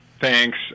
Thanks